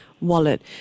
wallet